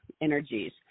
energies